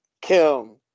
Kim